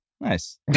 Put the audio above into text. nice